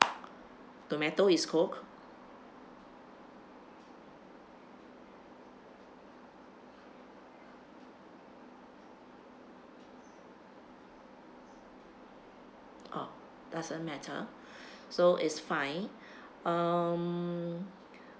tomato is cooked oh doesn't matter so it's fine um